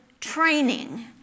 training